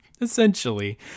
essentially